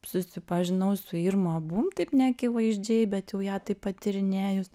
susipažinau su irma abum taip neakivaizdžiai bet jau ją taip patyrinėjus